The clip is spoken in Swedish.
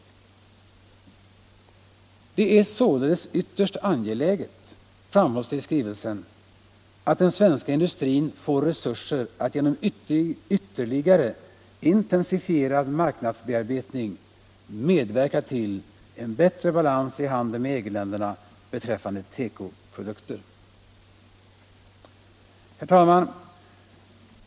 Det är således ytterst angeläget, framhålls det i skrivelsen, att den svenska industrin får resurser att genom ytterligare intensifierad marknadsbearbetning medverka till en bättre balans i handeln med EG-länderna beträffande teko-produkter. Herr talman!